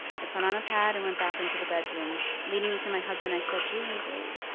i put on a pad, and went back into the bedroom. leaning into my husband i said, julian, babe,